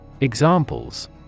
Examples